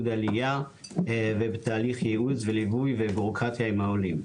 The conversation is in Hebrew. עלייה ובתהליך ייעוץ וליווי ובירוקרטיה עם העולים.